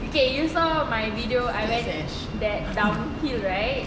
okay you saw my video I went that downhill right